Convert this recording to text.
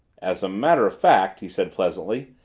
as a matter of fact, he said pleasantly,